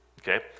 Okay